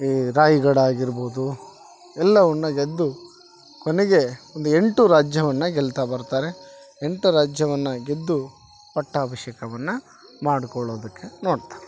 ಈ ರಾಯ್ಗಡ ಆಗಿರ್ಬೋದು ಎಲ್ಲವನ್ನ ಗೆದ್ದು ಕೊನೆಗೆ ಒಂದು ಎಂಟು ರಾಜ್ಯವನ್ನ ಗೆಲ್ತಾ ಬರ್ತಾರೆ ಎಂಟು ರಾಜ್ಯವನ್ನ ಗೆದ್ದು ಪಟ್ಟಾಭಿಷೇಕವನ್ನ ಮಾಡ್ಕೊಳೋದಕ್ಕೆ ನೋಡ್ತಾರೆ